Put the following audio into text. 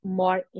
more